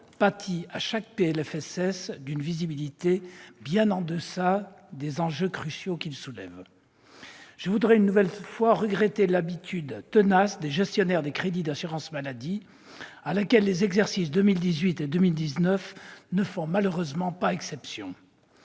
sécurité sociale d'une visibilité bien en deçà des enjeux cruciaux qu'il soulève. Je voudrais, une nouvelle fois, regretter l'habitude tenace des gestionnaires des crédits de l'assurance maladie, à laquelle les exercices 2018 et 2019 ne font malheureusement pas exception.